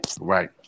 Right